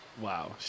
Wow